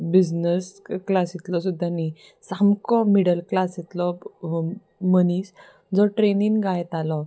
business क्लासींतलो सुद्दा न्ही सामको मिडल क्लासींतलो मनीस जो ट्रेनीन गायतालो